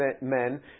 men